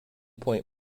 point